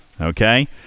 okay